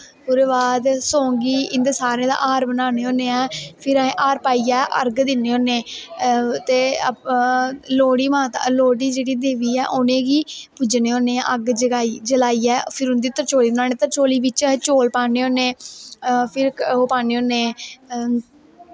फिर ओह्दे बाद सौंगी इंदा सारें दा हार बनान्ने होन्ने ऐं फिर अस हार बनाइयै अर्घ दिन्ने होन्ने ते लोह्ड़ी जेह्ड़ी देवी ऐ उनेंगी पूजने होन्ने आं अग्ग जगाइयै फिर उंदा त्रचौली बनानी त्रचौली बिच्च अस चौल पान्ने होन्ने फिर ओह् पान्ने होन्ने